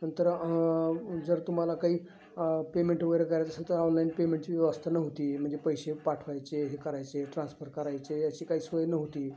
नंतर जर तुम्हाला काही पेमेंट वगैरे करायचं असेल तर ऑनलाईन पेमेंटची व्यवस्था नव्हती म्हणजे पैसे पाठवायचे हे करायचे ट्रान्सफर करायचे अशी काही सोय नव्हती